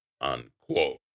unquote